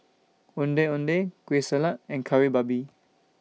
Ondeh Ondeh Kueh Salat and Kari Babi